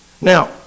Now